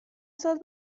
سال